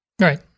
Right